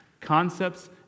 concepts